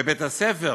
בבית-הספר